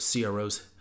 cro's